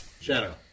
Shadow